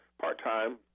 part-time